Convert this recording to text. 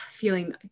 feeling